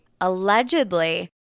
Allegedly